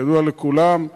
כידוע לכולם,